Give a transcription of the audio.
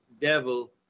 devil